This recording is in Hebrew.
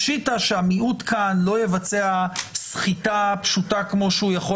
פשיטא שהמיעוט כאן לא יבצע סחיטה פשוטה כמו שהוא יכול